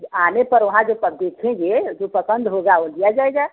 आने पर वहाँ जो सब देखेंगे जो पसंद होगा वह लिया जाएगा